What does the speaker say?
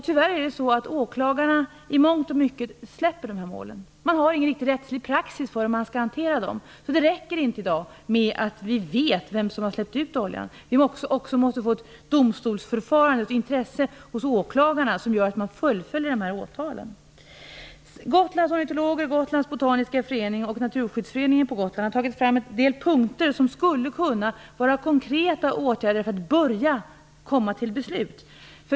Tyvärr släpper åklagarna ofta dessa mål. Vi har ingen rättslig praxis för hur man skall hantera dem. Det räcker alltså i dag inte med att vi vet vem som har släppt ut oljan. Vi måste också få ett domstolsförfarande, ett intresse hos åklagarna som gör att man fullföljer dessa åtal. Gotlands ornitologer, Gotlands botaniska förening och Naturskyddsföreningen på Gotland har tagit fram en del punkter som skulle kunna vara konkreta åtgärder för att börja komma till beslut.